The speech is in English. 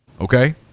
okay